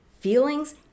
Feelings